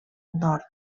nord